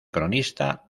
cronista